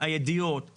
הידיעות,